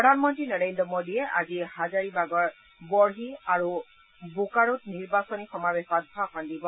প্ৰধানমন্ত্ৰী নৰেন্দ্ৰ মোডীয়ে আজি হাজৰীবাগৰ বৰ্হি আৰু বোকাৰোত নিৰ্বাচনী সমাৱেশত ভাষণ দিব